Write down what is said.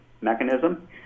mechanism